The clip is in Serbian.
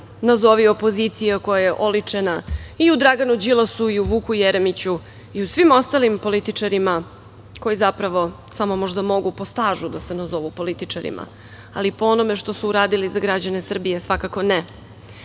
nazovi opozicija koja je oličena i u Draganu Đilasu i u Vuku Jeremiću i u svim ostalim političarima koji zapravo samo možda mogu po stažu da se nazovu političarima, ali po onome što su uradili za građane Srbije svakako